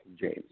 James